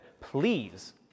please